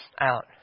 out